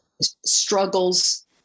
struggles